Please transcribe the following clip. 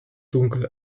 dunkel